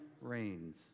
rains